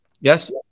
Yes